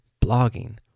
Blogging